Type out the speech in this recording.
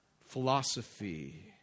philosophy